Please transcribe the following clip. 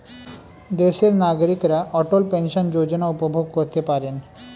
দেশের নাগরিকরা অটল পেনশন যোজনা উপভোগ করতে পারেন